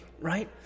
right